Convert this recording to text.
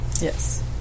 Yes